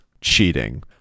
cheating